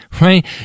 right